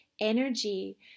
energy